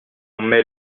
met